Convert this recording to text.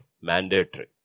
mandatory